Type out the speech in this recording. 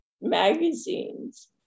magazines